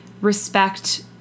respect